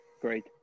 Great